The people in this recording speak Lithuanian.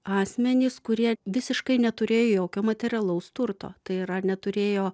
asmenys kurie visiškai neturė jokio materialaus turto tai yra neturėjo